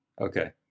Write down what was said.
Okay